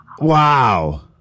Wow